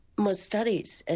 my studies,